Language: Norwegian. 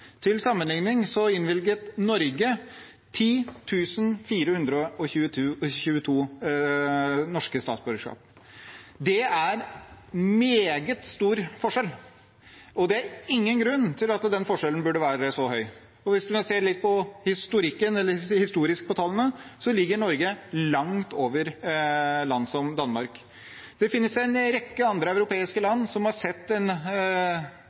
Det er en meget stor forskjell, og det er ingen grunn til at den forskjellen skal være så høy. Også hvis vi ser historisk på tallene, ligger Norge langt over land som Danmark. Det finnes en rekke andre europeiske land som har sett en